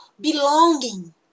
belonging